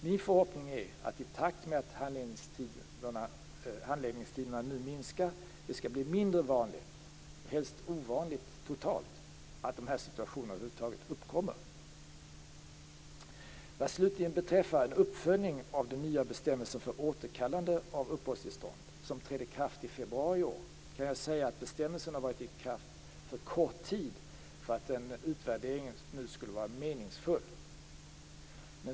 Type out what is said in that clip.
Min förhoppning är att det i takt med att handläggningstiderna nu minskar skall bli mindre vanligt - helst totalt ovanligt - att de här situationerna över huvud taget uppkommer. Vad slutligen beträffar en uppföljning av den nya bestämmelse för återkallande av uppehållstillstånd som trädde i kraft i februari i år kan jag säga att den har varit i kraft för kort tid för att en utvärdering nu skulle vara meningsfull.